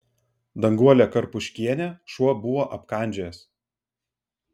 danguolę karpuškienę šuo buvo apkandžiojęs